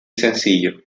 sencillo